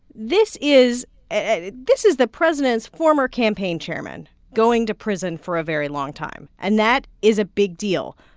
this is and this is the president's former campaign chairman going to prison for a very long time. and that is a big deal.